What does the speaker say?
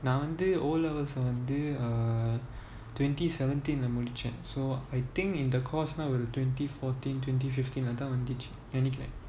நான் வந்து:naan vanthu O levels வந்து:vanthu uh twenty seventeen ல முடிச்சேன்:la mudichen so I think in the course now will twenty fourteen twenty fifteen அதான் வந்துச்சுனு நினைக்கிறேன்:athaan vanthuchunu ninaikuren